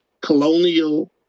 colonial